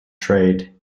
trade